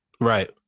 Right